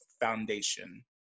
foundation